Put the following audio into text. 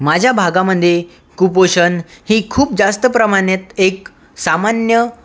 माझ्या भागामध्ये कुपोषण ही खूप जास्त प्रमाणात एक सामान्य